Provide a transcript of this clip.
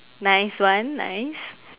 nice one nice